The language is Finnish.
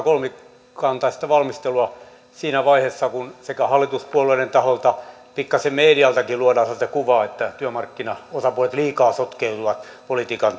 kolmikantaista valmistelua siinä vaiheessa kun hallituspuolueiden taholta pikkasen mediankin luodaan sellaista kuvaa että työmarkkinaosapuolet liikaa sotkeutuvat politiikan